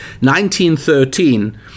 1913